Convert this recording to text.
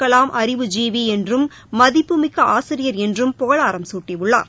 கலாம் அறிவு ஜீவி என்றும் மதிப்புமிக்க ஆசிரியர் என்றும் புகழாராம் சூட்டியுள்ளார்